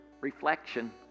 reflection